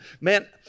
man